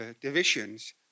divisions